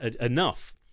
enough